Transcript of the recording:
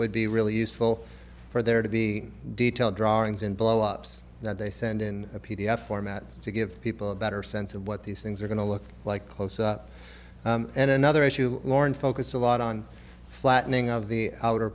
would be really useful for there to be detailed drawings in blowups that they send in a p d f format to give people a better sense of what these things are going to look like close up and another issue lauren focus a lot on flattening of the outer